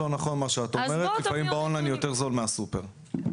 את הפריבילגיה לקבל הביתה ולא להגיע,